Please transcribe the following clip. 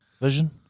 Vision